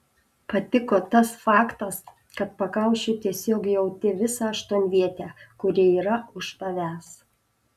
patiko tas faktas kad pakaušiu tiesiog jauti visą aštuonvietę kuri yra už tavęs